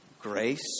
Grace